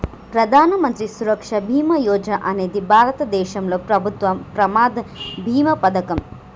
ప్రధాన మంత్రి సురక్ష బీమా యోజన అనేది భారతదేశంలో ప్రభుత్వం ప్రమాద బీమా పథకం